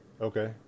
Okay